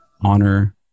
honor